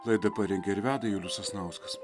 laida parengė ir veda julius sasnauskas